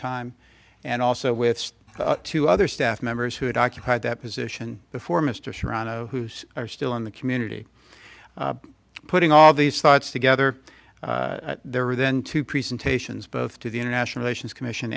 time and also with two other staff members who had occupied that position before mr serrano who's are still in the community putting all these thoughts together there are then two presentations both to the international ations commission